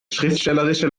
schriftstellerische